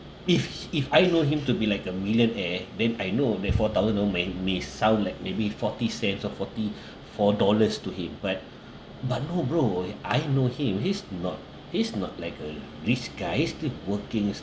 if if I know him to be like a millionaire then I know that four thousand though may may sound like maybe forty cents or forty four dollars to him but but no bro I know him he's not he's not like a rich guy he's still working